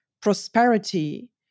prosperity